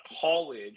college